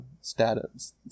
status